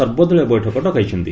ସର୍ବଦଳୀୟ ବୈଠକ ଡକାଇଛନ୍ତି